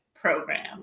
program